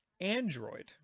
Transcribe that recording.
Android